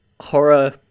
horror